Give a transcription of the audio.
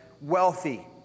wealthy